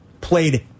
played